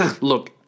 Look